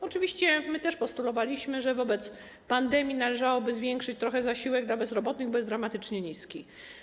Oczywiście my też postulowaliśmy to, że wobec pandemii należałoby zwiększyć trochę zasiłek dla bezrobotnych, bo jest dramatycznie niski.